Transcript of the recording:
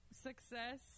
success